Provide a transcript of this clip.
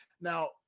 now